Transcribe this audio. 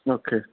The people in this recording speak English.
okay